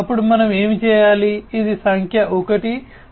అప్పుడు మనం ఏమి చేయాలి ఇది సంఖ్య 1